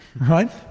Right